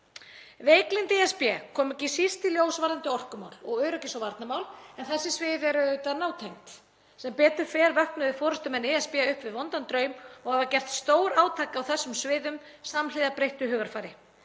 Veiklyndi ESB kom ekki síst í ljós varðandi orkumál og öryggis- og varnarmál, en þessi svið eru auðvitað nátengd. Sem betur fer vöknuðu forystumenn ESB upp við vondan draum og hafa gert stórátak á þessum sviðum samhliða breyttu hugarfari.